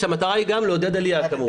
כשהמטרה היא גם לעודד עלייה כמובן.